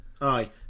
Aye